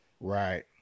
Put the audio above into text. Right